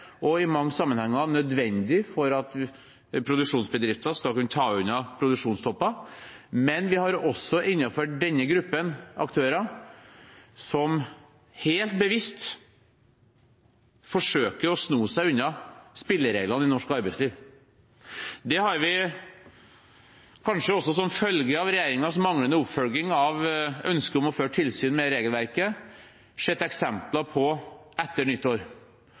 og i mange sammenhenger nødvendig for at produksjonsbedrifter skal kunne ta unna produksjonstopper. Men vi har også innenfor denne gruppen aktører som helt bevisst forsøker å sno seg unna spillereglene i norsk arbeidsliv. Det har vi – kanskje også som følge av regjeringens manglende oppfølging av ønsket om å føre tilsyn med regelverket – sett eksempler på etter nyttår.